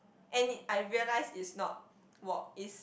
and I realise is not walk it's